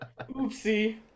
Oopsie